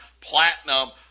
platinum